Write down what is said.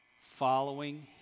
following